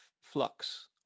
flux